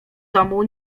domu